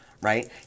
Right